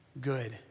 good